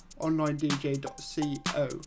onlinedj.co